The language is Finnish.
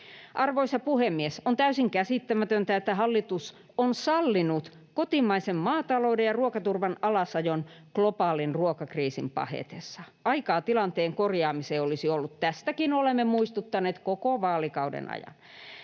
Arvoisa puhemies! On täysin käsittämätöntä, että hallitus on sallinut kotimaisen maatalouden ja ruokaturvan alasajon globaalin ruokakriisin pahetessa. Aikaa tilanteen korjaamiseen olisi ollut. Tästäkin olemme muistuttaneet koko vaalikauden ajan.